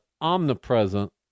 omnipresent